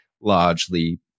largely